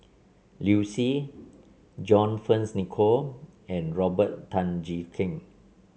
Liu Si John Fearns Nicoll and Robert Tan Jee Keng